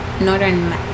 northern